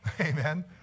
Amen